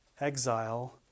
exile